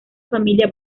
familia